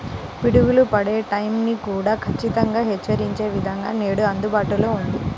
పిడుగులు పడే టైం ని కూడా ఖచ్చితంగా హెచ్చరించే విధానం నేడు అందుబాటులో ఉంది